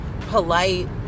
polite